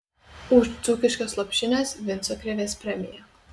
už dzūkiškas lopšines vinco krėvės premija